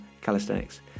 Calisthenics